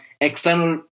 external